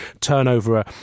Turnover